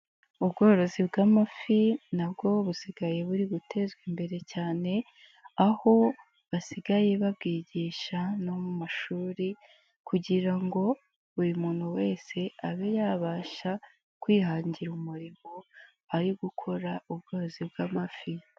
Ubworozi bw'amafi nabwo busigaye buri gutezwa imbere cyane, aho basigaye babwigisha no mu mashuri kugira ngo buri muntu wese abe yabasha kwihangira umurimo ari gukora ubworozi bw'amafi.